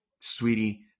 sweetie